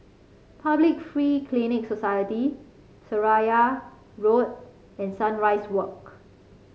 Public Free Clinic Society Seraya Road and Sunrise Walk